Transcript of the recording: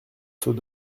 seaux